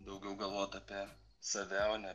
daugiau galvot apie save o ne